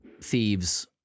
thieves